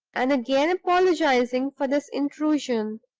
and again apologizing for this intrusion,